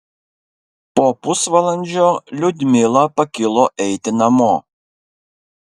po pusvalandžio liudmila pakilo eiti namo